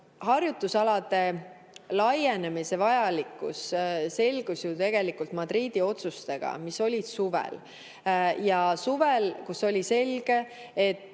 Harjutusalade laiendamise vajalikkus selgus ju tegelikult Madridi otsustega, mis tehti suvel. Suvel oli selge, et